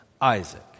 Isaac